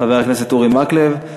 חבר הכנסת אורי מקלב.